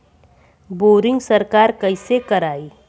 Boring सरकार कईसे करायी?